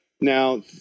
Now